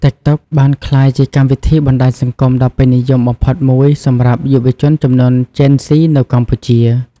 តិកតុកបានក្លាយជាកម្មវិធីបណ្ដាញសង្គមដ៏ពេញនិយមបំផុតមួយសម្រាប់យុវជនជំនាន់ជេនហ្ស៊ីនៅកម្ពុជា។